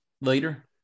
later